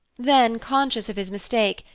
then, conscious of his mistake,